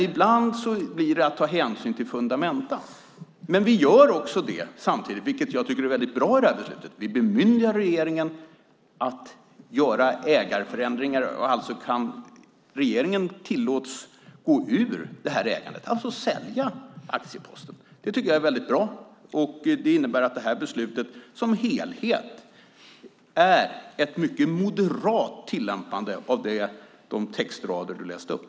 Ibland blir det till att ta hänsyn till fundamenta, men samtidigt, vilket jag tycker är väldigt bra i det här beslutet, bemyndigar vi regeringen att göra ägarförändringar. Regeringen tillåts att gå ur det här ägandet, alltså att sälja aktieposten. Det tycker jag är väldigt bra. Det innebär att det här beslutet som helhet är ett mycket moderat tillämpande av de textrader du läste upp.